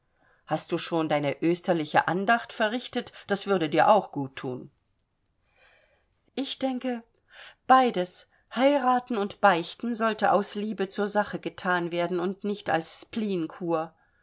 hast du schon deine österliche andacht verrichtet das würde dir auch gut thun ich denke beides heiraten und beichten sollte aus liebe zur sache gethan werden und nicht als spleenkur